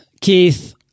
Keith